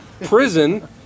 prison